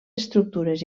estructures